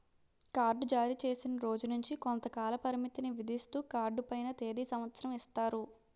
card జారీచేసిన రోజు నుంచి కొంతకాల పరిమితిని విధిస్తూ కార్డు పైన తేది సంవత్సరం ఇస్తారు